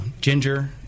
ginger